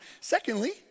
Secondly